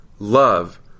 Love